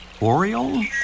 oriole